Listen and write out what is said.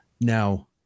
now